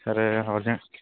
sir urgent